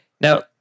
Now